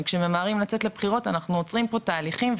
כשממהרים לצאת לבחירות אנחנו עוצרים פה תהליכים,